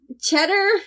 cheddar